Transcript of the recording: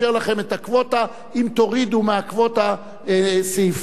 הקווטה אם תורידו מהקווטה סעיפים אחרים.